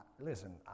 listen